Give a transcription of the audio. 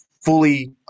fully